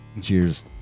Cheers